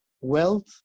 wealth